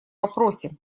вопросе